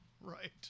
Right